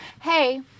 hey